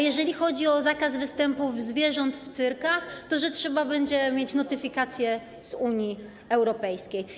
Jeśli chodzi o zakaz występów zwierząt w cyrkach, to trzeba będzie mieć notyfikację z Unii Europejskiej.